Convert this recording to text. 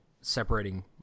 separating